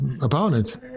opponents